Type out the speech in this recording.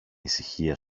ησυχία